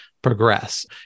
progress